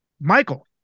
michael